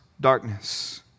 darkness